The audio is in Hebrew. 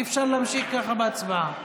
אי-אפשר להמשיך ככה בהצבעה.